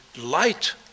light